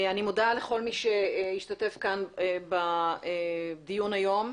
אני מודה לכל מי שהשתתף כאן בדיון היום,